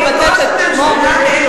אתה רוצה שאם כבר מבטאת את שמו,